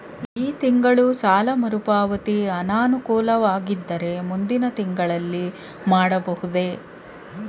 ಈ ತಿಂಗಳು ಸಾಲ ಮರುಪಾವತಿ ಅನಾನುಕೂಲವಾಗಿದ್ದರೆ ಮುಂದಿನ ತಿಂಗಳಲ್ಲಿ ಮಾಡಬಹುದೇ?